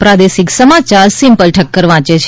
પ્રાદેશિક સમાચાર સીમ્પલ ઠક્કર વાંચે છે